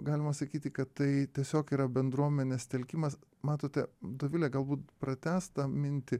galima sakyti kad tai tiesiog yra bendruomenės telkimas matote dovilė galbūt pratęs tą mintį